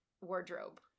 wardrobe